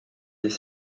des